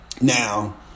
Now